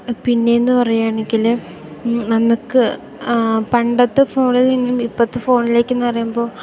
പിന്നെയെന്നു പറയുകയാണെങ്കിൽ നമുക്ക് പണ്ടത്തെ ഫോണിൽ നിന്നും ഇപ്പോഴത്തെ ഫോണിലേക്കെന്നു പറയുമ്പോൾ